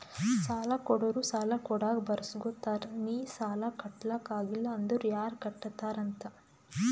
ಸಾಲಾ ಕೊಡೋರು ಸಾಲಾ ಕೊಡಾಗ್ ಬರ್ಸ್ಗೊತ್ತಾರ್ ನಿ ಸಾಲಾ ಕಟ್ಲಾಕ್ ಆಗಿಲ್ಲ ಅಂದುರ್ ಯಾರ್ ಕಟ್ಟತ್ತಾರ್ ಅಂತ್